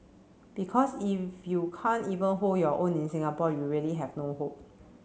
because if you can't even hold your own in Singapore you really have no hope